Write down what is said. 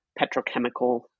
petrochemical